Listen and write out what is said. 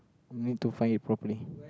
you need to find it properly